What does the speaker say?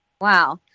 Wow